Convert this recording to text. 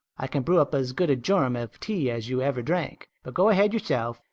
i can brew up as good a jorum of tea as you ever drank. but go ahead yourself.